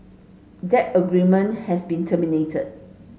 that agreement has been terminated